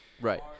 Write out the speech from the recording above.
Right